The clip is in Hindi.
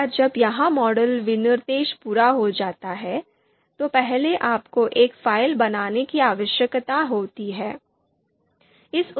एक बार जब यह मॉडल विनिर्देश पूरा हो जाता है तो पहले आपको एक फ़ाइल बनाने की आवश्यकता होती है